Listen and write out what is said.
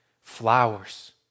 flowers